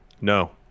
No